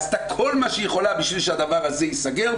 עשתה כל מה שהיא יכלה כדי שהדבר הזה ייסגר,